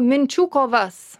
minčių kovas